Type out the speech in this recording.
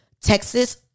Texas